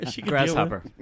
Grasshopper